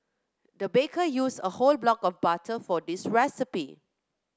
the baker used a whole block of butter for this recipe